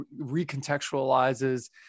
recontextualizes